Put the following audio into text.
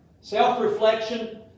Self-reflection